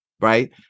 right